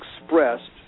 expressed